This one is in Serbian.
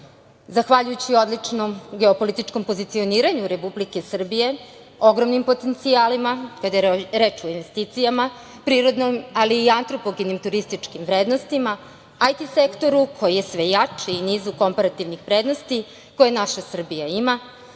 Marinika. Zahvaljujući odličnom geopolitičkom pozicioniranju Republike Srbije, ogromnim potencijalima kada je reč o investicijama, prirodnim, ali i antropogenim turističkim vrednostima, IT sektoru, koji je sve jači, i nizu komparativnih prednosti koje naša Srbija ima,